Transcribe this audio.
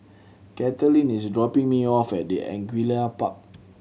Kathaleen is dropping me off at the Angullia Park